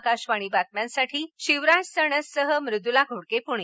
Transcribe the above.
आकाशवाणी बातम्यांसाठी शिवराज सणससह मृदुला घोडके पुणे